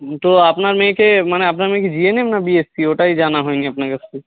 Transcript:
তো আপনার মেয়েকে মানে আপনার মেয়ে কি জি এন এম না কি বি এস সি ওটাই জানা হয়নি আপনার কাছে